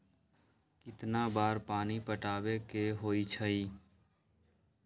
कितना बार पानी पटावे के होई छाई?